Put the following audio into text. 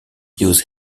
used